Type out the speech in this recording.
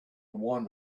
one